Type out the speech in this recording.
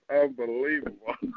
unbelievable